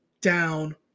down